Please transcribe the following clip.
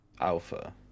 Alpha